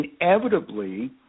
Inevitably